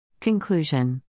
Conclusion